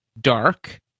dark